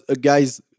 guys